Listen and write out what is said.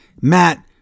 Matt